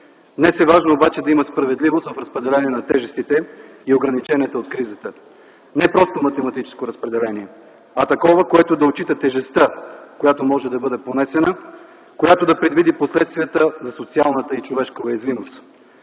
Днес е важно обаче да има справедливост в разпределението на тежестите и ограниченията от кризата. Не просто математическо разпределение, а такова, което да отчита тежестта, която може да бъде понесена, която да предвиди последствията за социалната и човешка уязвимост.